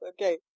okay